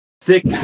thick